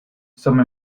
some